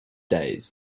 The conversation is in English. days